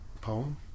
poem